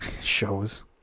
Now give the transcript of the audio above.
shows